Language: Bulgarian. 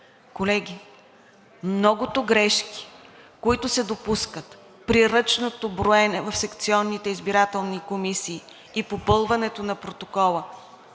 Колеги, многото грешки, които се допускат при ръчното броене в секционните избирателни комисии и попълването на протокола,